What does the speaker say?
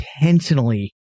intentionally